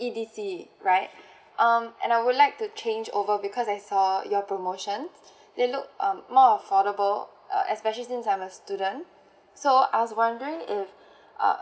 E_D_C right um and I would like to change over because I saw your promotion they looked um more affordable uh especially since I am a student so I was wondering if uh